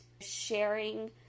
sharing